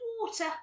water